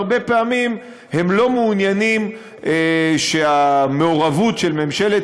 והרבה פעמים הם לא מעוניינים שהמעורבות של ממשלת